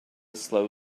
slow